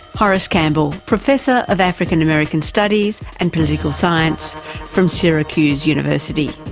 horace campbell, professor of african american studies and political science from syracuse university.